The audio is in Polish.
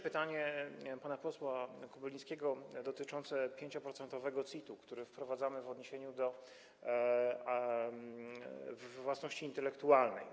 pytanie pana posła Kobylińskiego, dotyczące 5-procentowego CIT-u, który wprowadzamy w odniesieniu do własności intelektualnej.